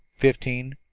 fifteen,